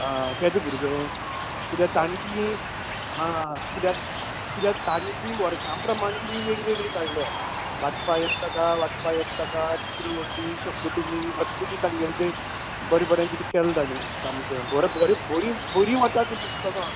आं केदें भुरगें कित्याक ताणे ती आं कित्याक कित्याक ताणें ती वर्सां प्रमाणे बी वेग वेगळीं काडल्यां वाचपाक येता तेका वाचपाकेच ताका चित्र वर्णी शब्द कमी असलें बी तेंगे बरें बरें कितें केल्या ताणी सामकें बरो बरीं वतां तीं पुस्तकां